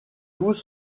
tous